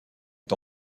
est